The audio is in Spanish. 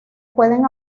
pueden